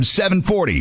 740